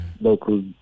local